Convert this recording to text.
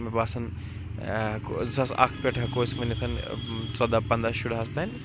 مےٚ باسَان زٕ ساس اکھ پٮ۪ٹھ ہٮ۪کو أسۍ ؤنِتھ ژۄداہ پنٛداہ شُرہَس تانۍ